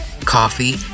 Coffee